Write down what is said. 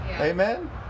amen